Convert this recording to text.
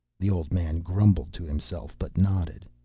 the old man grumbled to himself, but nodded.